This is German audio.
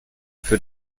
für